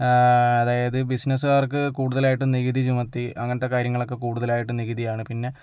ആ അതായത് ബിസ്സിനസ്സുകാർക്ക് കൂടുതലായിട്ടും നികുതി ചുമത്തി അങ്ങനത്തെ കാര്യങ്ങൾക്ക് കൂടുതലായിട്ടും നികുതിയാണ് പിന്നെ